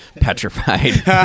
petrified